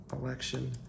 election